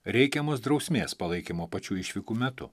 reikiamos drausmės palaikymo pačių išvykų metu